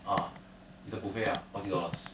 ah it's a buffet ah forty dollars